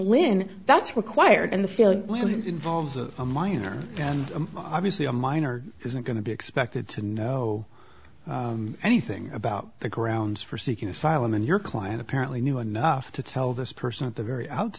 lynn that's required and the feeling involves of a minor and obviously a minor isn't going to be expected to know anything about the grounds for seeking asylum in your client apparently knew enough to tell this person at the very out